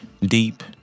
deep